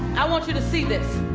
i want you to see this.